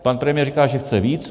Pan premiér říká, že chce víc.